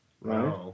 right